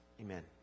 Amen